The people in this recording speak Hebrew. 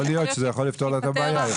להיות שזה יכול לפתור לה את הבעיה.